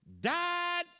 died